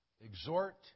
exhort